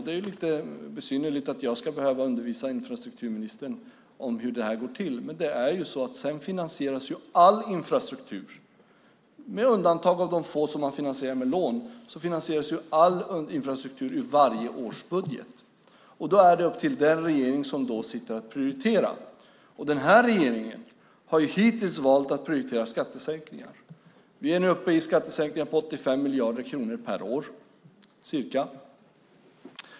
Det är besynnerligt att jag ska behöva undervisa infrastrukturministern om hur finansieringen går till. Med undantag av de få projekt som finansieras via lån finansieras all infrastruktur ur varje årsbudget. Det är därmed upp till den sittande regeringen att prioritera. Den nuvarande regeringen har hittills valt att prioritera skattesänkningar. Vi är nu uppe i skattesänkningar på ca 85 miljarder kronor per år.